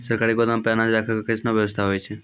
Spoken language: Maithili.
सरकारी गोदाम मे अनाज राखै के कैसनौ वयवस्था होय छै?